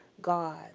God